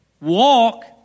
walk